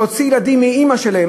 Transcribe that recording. להוציא ילדים מאימא שלהם,